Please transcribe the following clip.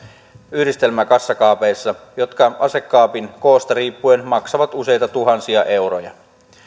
yhdistelmäkassakaapeissa jotka asekaapin koosta riippuen maksavat useita tuhansia euroja